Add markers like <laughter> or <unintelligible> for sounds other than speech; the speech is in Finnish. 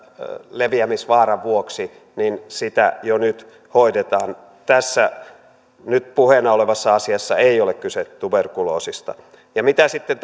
leviämisvaaran vuoksi sitä jo nyt hoidetaan tässä nyt puheena olevassa asiassa ei ole kyse tuberkuloosista ja mitä sitten <unintelligible>